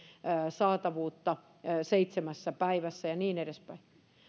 saatavuutta seitsemässä päivässä ja niin edespäin